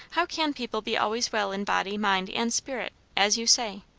how can people be always well in body, mind, and spirit, as you say?